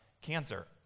Cancer